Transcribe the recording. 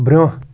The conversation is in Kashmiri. برٛونٛہہ